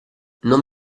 non